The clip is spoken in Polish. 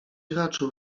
raczył